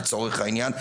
לצורך העניין,